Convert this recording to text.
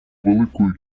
великою